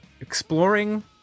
exploring